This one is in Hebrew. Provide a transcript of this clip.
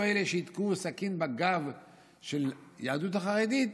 אלה שיתקעו סכין בגב של היהדות החרדית,